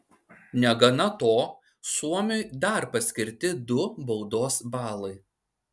negana to suomiui dar paskirti du baudos balai